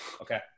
okay